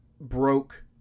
broke